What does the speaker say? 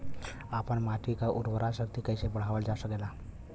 आपन माटी क उर्वरा शक्ति कइसे बढ़ावल जा सकेला?